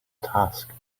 task